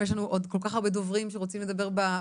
יש לנו פה עוד כל כך הרבה דוברים שרוצים לדבר בזום.